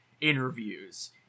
interviews